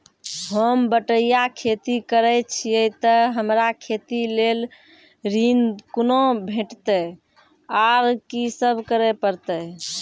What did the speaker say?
होम बटैया खेती करै छियै तऽ हमरा खेती लेल ऋण कुना भेंटते, आर कि सब करें परतै?